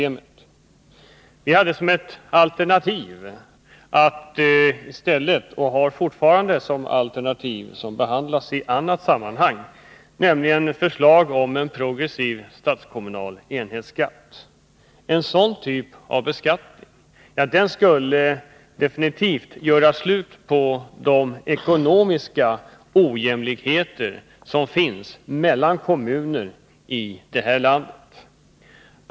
Vi hade, och har fortfarande, som alternativ — det behandlas i annat sammanhang — ett förslag om en progressiv statskommunal enhetsskatt. En sådan beskattning skulle definitivt göra slut på den ekonomiska ojämlikhet som råder mellan kommuner i landet.